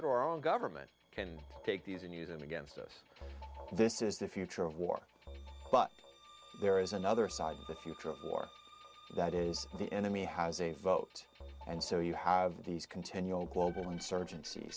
or our own government can take these and use them against us this is the future of war but there is another side to the future of war that is the enemy has a vote and so you have these continual global insurgenc